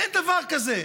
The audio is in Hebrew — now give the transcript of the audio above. אין דבר כזה.